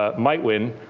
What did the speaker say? ah might win,